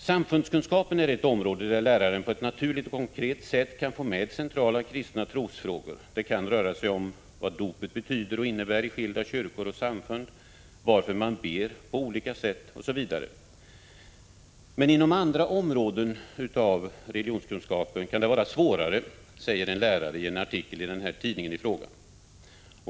Samfundskunskapen är ett område där läraren på ett naturligt och konkret sätt kan få med centrala kristna trosfrågor. Det kan röra sig om vad dopet betyder och innebär i skilda kyrkor och samfund, varför man ber på olika sätt osv. Inom andra områden av religionskunskapen kan det vara svårare, säger en lärare i en artikel i tidningen i fråga.